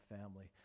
family